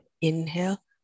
Inhale